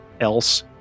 else